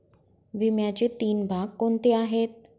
विम्याचे तीन भाग कोणते आहेत?